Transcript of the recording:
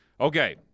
Okay